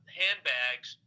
handbags